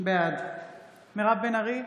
בעד מירב בן ארי,